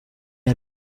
had